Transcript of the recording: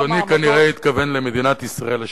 אדוני כנראה התכוון למדינת ישראל השנייה.